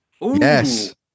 Yes